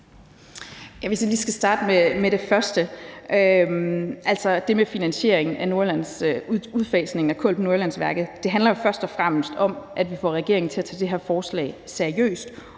vil lige starte med det første, altså det med finansieringen af udfasningen af kul på Nordjyllandsværket. Det handler jo først og fremmest om, at vi får regeringen til at tage det her forslag seriøst